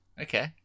Okay